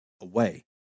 away